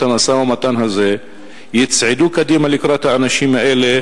המשא-ומתן הזה יצעדו קדימה לקראת האנשים האלה,